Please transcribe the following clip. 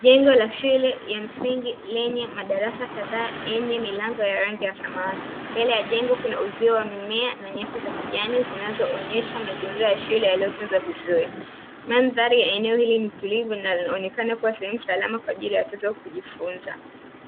Jengo la shule ya msingi lenye madarasa kadhaa yenye milango ya rangi ya samarati, Mbele ya jengo kuna uzio wa mimea na nyasi za kijani zinazoonyesha mazingira ya shule yaliyotunzwa vizuri. Mandhari ya eneo hili ni tulivu na inaonekana kuwa sehemu salama kwa ajili ya watoto kujifunza.